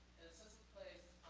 sense of place.